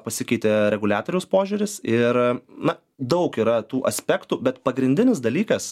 pasikeitė reguliatoriaus požiūris ir na daug yra tų aspektų bet pagrindinis dalykas